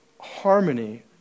harmony